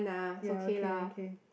ya okay okay